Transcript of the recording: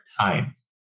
times